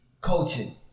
coaching